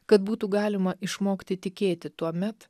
kad būtų galima išmokti tikėti tuomet